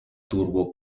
turbo